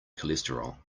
cholesterol